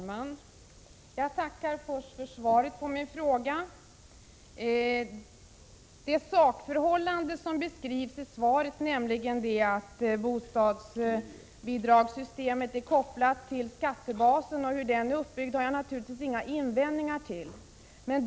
Herr talman! Jag tackar först för svaret på min fråga. Beträffande det sakförhållande som beskrivs i svaret, nämligen att bostadsbidragssystemet är kopplat till skattebasen och hur den är uppbyggd, har jag naturligtvis inga invändningar att göra.